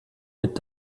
mit